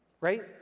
right